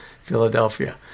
Philadelphia